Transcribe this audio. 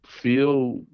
feel